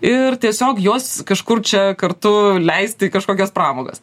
ir tiesiog juos kažkur čia kartu leisti į kažkokias pramogas